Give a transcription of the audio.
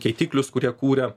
keitiklius kurie kūria